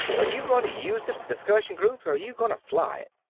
are you going to use it for discussion groups or are you going to fly it?